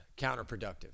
counterproductive